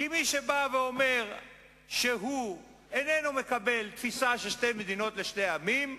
כי מי שבא ואומר שהוא אינו מקבל תפיסה של שתי מדינות לשני עמים,